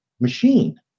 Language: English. machine